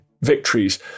victories